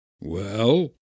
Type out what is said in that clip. Well